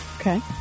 Okay